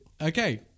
Okay